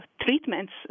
treatments